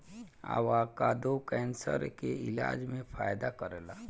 avocado cancer के इलाज में फायदा करेला